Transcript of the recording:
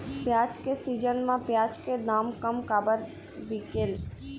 प्याज के सीजन म प्याज के दाम कम काबर बिकेल?